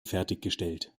fertiggestellt